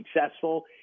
successful